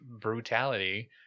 brutality